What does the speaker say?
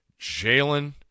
Jalen